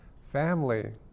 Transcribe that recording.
family